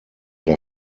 der